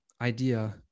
idea